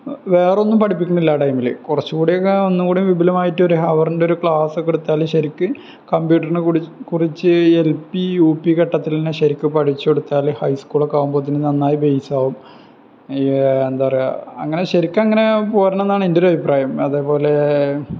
വേറൊന്നും പഠിപ്പിക്കുന്നില്ല ആ ടൈമില് കുറച്ചു കൂടെയൊക്കെ ഒന്നും കൂടെ വിപുലമായിട്ട് ഒരു അവറിന്റെയൊരു ക്ലാസ്സൊക്കെ എടുത്താല് ശരിക്കും കംപ്യൂട്ടറിനെക്കുറി കുറിച്ച് ഈ എൽ പി യു പി ഘട്ടത്തില്തന്നെ ശരിക്ക് പഠിച്ച് കൊടുത്താല് ഹൈ സ്കൂളൊക്കെ ആവുമ്പോഴത്തേന് നന്നായി ബേസാകും ഈ എന്താ പറയുക അങ്ങനെ ശരിക്കങ്ങനെ പോരണമെന്നാണ് എൻ്റൊരു അഭിപ്രായം അതേപോലെ